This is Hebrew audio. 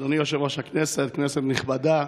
אדוני יושב-ראש הכנסת, כנסת נכבדה,